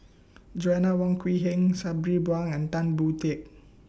Joanna Wong Quee Heng Sabri Buang and Tan Boon Teik